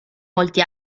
molti